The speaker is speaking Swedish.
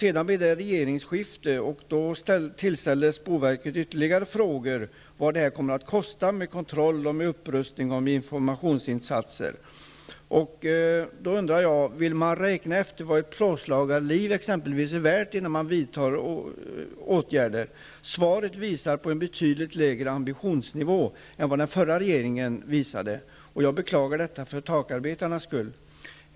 Sedan blev det regeringsskifte, och då tillställdes boverket ytterligare frågor om vad det kommer att kosta med kontroll, med upprustning och med informationsinsatser. Då undrar jag: Vill man räkna efter vad exempelvis ett plåtslagarliv är värt, innan man vidtar åtgärder? Svaret visar på en betydligt lägre ambitionsnivå än vad den förra regeringen hade, och jag beklagar detta för takarbetarnas skull.